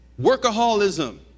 Workaholism